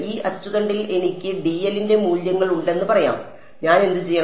ഈ അച്ചുതണ്ടിൽ എനിക്ക് dl ന്റെ മൂല്യങ്ങളുണ്ടെന്ന് പറയാം ഞാൻ എന്തുചെയ്യണം